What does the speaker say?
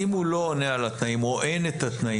אם הוא לא עונה על התנאים או אין את התנאים